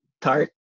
tart